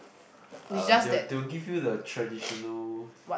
uh they'll they will give you the traditional